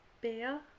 beer